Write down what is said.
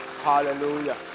Hallelujah